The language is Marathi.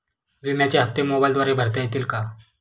विम्याचे हप्ते मोबाइलद्वारे भरता येतील का?